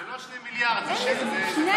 זה לא 2 מיליארד, זו טעות.